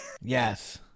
Yes